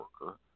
worker